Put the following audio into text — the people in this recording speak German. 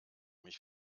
mich